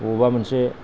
बबावबा मोनसे